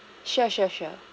sure sure sure